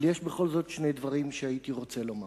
אבל יש בכל זאת שני דברים שהייתי רוצה לומר.